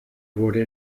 wurde